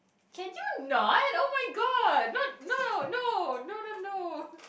can you annoyed oh-my-god not no no no no no